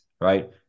right